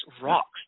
rocks